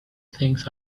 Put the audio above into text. things